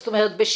זאת אומרת,